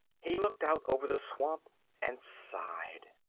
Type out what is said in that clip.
he looked out over the swamp and sighed.